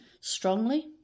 strongly